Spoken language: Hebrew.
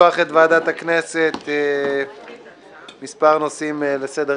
סדר היום מספר נושאים.